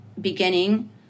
beginning